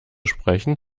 sprechen